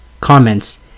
Comments